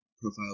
profile